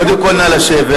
קודם כול, נא לשבת.